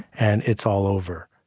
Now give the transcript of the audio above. and it's all over.